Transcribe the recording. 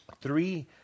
three